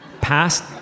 past